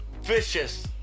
vicious